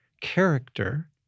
character